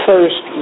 First